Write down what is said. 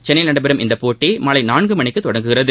சென்னையில் நடைபெறும் இப்போட்டி மாலை நான்கு மணிக்கு தொடங்குகிறது